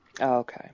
okay